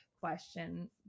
question